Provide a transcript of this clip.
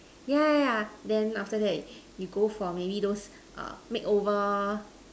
yeah yeah yeah then after that you go for maybe those uh makeover